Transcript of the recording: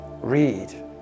read